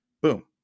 boom